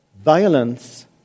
violence